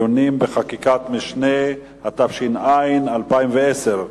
התש"ע 2010,